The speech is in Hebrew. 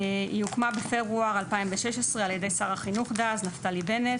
היא הוקמה בפברואר 2016 על ידי שר החינוך דאז נפתלי בנט,